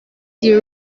die